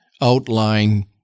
outline